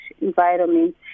environment